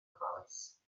ofalus